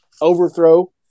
overthrow